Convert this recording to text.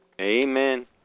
Amen